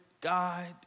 guide